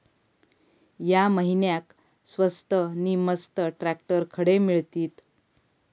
या महिन्याक स्वस्त नी मस्त ट्रॅक्टर खडे मिळतीत?